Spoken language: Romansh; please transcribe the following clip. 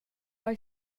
hai